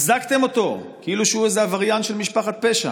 אזקתם אותו כאילו שהוא איזה עבריין של משפחת פשע.